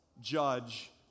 judge